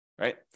right